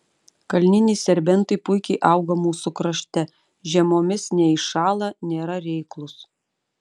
kalniniai serbentai puikiai auga mūsų krašte žiemomis neiššąla nėra reiklūs